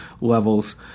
levels